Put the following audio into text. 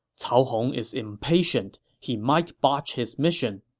cao hong is impatient he might botch his mission.